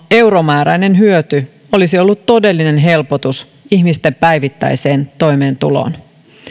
euromääräinen hyöty olisi ollut todellinen helpotus ihmisten päivittäiseen toimeentuloon